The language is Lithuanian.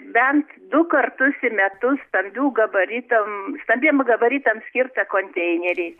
bent du kartus į metus stambių gabaritam stambiem gabaritams skirtą konteinerį